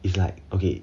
it's like okay